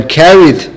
carried